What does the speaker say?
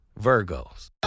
Virgos